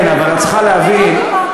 כן, אבל את צריכה להבין, ולא דימונה.